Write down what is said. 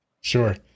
Sure